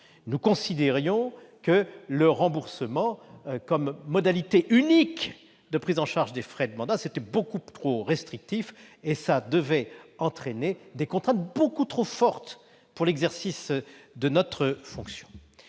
avons considéré que faire du remboursement la modalité unique de prise en charge des frais de mandat était beaucoup trop restrictif et risquait d'entraîner des contraintes bien trop fortes pour l'exercice de notre fonction.